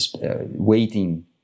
waiting